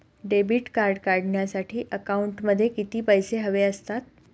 Debit card काढण्यासाठी अकाउंटमध्ये किती पैसे हवे असतात?